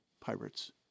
pirates